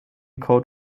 code